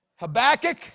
Habakkuk